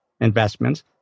investments